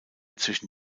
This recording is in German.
zwischen